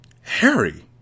Harry